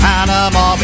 Panama